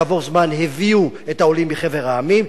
כעבור זמן הביאו את העולים מחבר העמים,